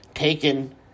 taken